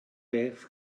beth